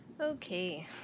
Okay